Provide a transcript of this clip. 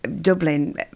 Dublin